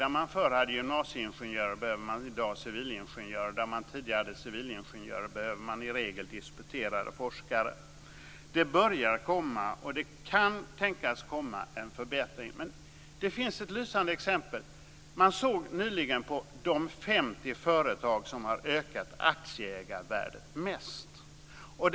Där man förr hade gymnasieingenjörer behöver man i dag civilingenjörer, och där man tidigare hade civilingenjörer behöver man i regel disputerade forskare. Det börjar komma, och det kan tänkas komma en förbättring. Det finns ett lysande exempel. Man tittade nyligen på de 50 företag som har ökat aktieägarvärdet mest.